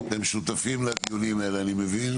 אני מבין שאתם שותפים לדיונים האלה.